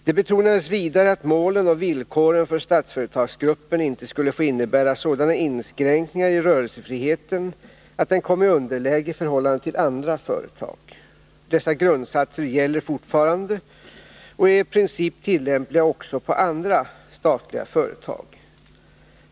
Det betonades vidare att målen och villkoren för Statsföretagsgruppen inte skulle få innebära sådana inskränkningar i rörelsefriheten att den kom i underläge i förhållande till andra företag. Dessa grundsatser gäller fortfarande och är i princip tillämpliga också på andra statliga företag.